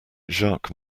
jacques